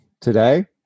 today